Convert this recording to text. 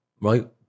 right